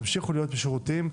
תמשיכו להיות שירותיים.